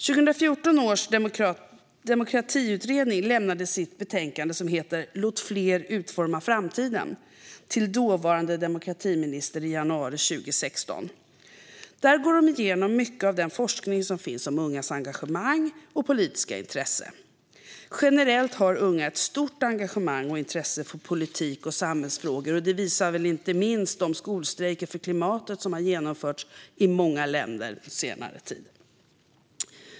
2014 års demokratiutredning lämnade sitt betänkande som heter Låt fler forma framtiden! till dåvarande demokratiminister i januari 2016. Där går de igenom mycket av den forskning som finns om ungas engagemang och politiska intresse. Generellt har unga ett stort engagemang och intresse för politik och samhällsfrågor. Det visar väl inte minst de skolstrejker för klimatet som har genomförts i många länder under senare tid.